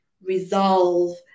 resolve